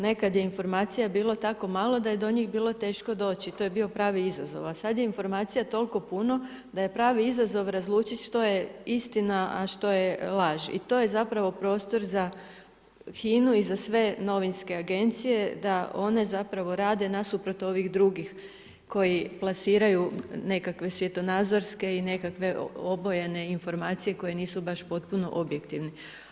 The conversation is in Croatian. Nekad je informacije bilo tako malo da je do njih bilo teško doći, to je bio pravi izazov, a sad je informacija toliko puno da je pravi izazov razlučiti što je istina a što je laž i to je zapravo prostor za HINA-u i za sve novinske agencije da one zapravo rade nasuprot ovih drugih koji plasiraju nekakve svjetonazorske i nekakve obojene informacije koje nisu baš potpuno objektivne.